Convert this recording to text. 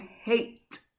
hate